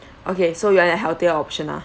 okay so you want a healthier option ah